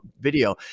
video